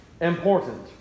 important